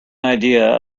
idea